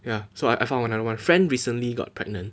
ya so I found another one friend recently got pregnant